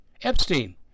Epstein